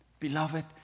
Beloved